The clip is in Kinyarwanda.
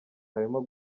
harimo